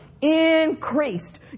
increased